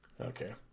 okay